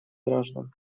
граждан